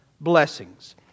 blessings